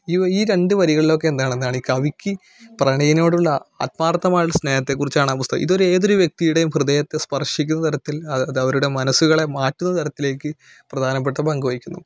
ഈ വ ഈ രണ്ട് വരികളിലൊക്കെ എന്താണെന്നാ ഈ കവിക്ക് പ്രണയിനിയോടുള്ള അ ആത്മാർഥമായുള്ള സ്നേഹത്തെക്കുറിച്ചാണ് ആ പുസ്തകം ഇതൊരു ഏതൊരു വ്യക്തിയുടെയും ഹൃദയത്തെ സ്പർശിക്കുന്ന തരത്തിൽ അത് അതവരുടെ മനസ്സുകളെ മാറ്റുന്നതരത്തിലേക് പ്രധാനപ്പെട്ട പങ്കുവഹിക്കുന്നു